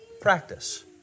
Practice